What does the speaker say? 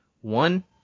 One